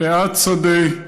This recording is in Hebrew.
פאת שדה,